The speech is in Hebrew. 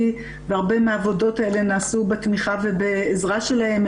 והרבה מהעבודות האלה נעשו בתמיכה ובעזרה שלהם.